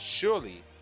surely